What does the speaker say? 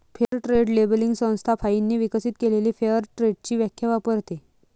fair trade labelling संस्था फाइनने विकसित केलेली फेअर ट्रेडची व्याख्या वापरते